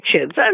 kids